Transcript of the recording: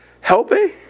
helping